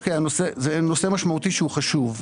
זה נושא משמעותי שהוא חשוב.